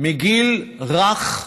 מגיל רך,